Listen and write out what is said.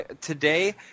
today